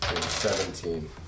Seventeen